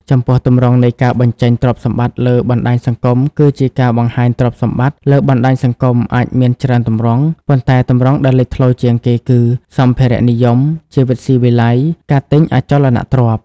ចំពោះទម្រង់នៃការបញ្ចេញទ្រព្យសម្បត្តិលើបណ្តាញសង្គមគឺជាការបង្ហាញទ្រព្យសម្បត្តិលើបណ្តាញសង្គមអាចមានច្រើនទម្រង់ ប៉ុន្តែទម្រង់ដែលលេចធ្លោជាងគេគឺ សម្ភារៈនិយម ជីវិតស៊ីវិល័យ ការទិញអចលនទ្រព្យ។